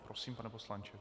Prosím, pane poslanče.